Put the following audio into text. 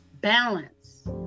balance